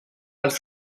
els